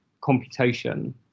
computation